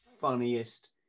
funniest